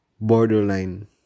borderline